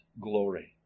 glory